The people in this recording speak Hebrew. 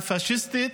הפשיסטית,